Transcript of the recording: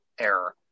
error